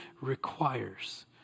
requires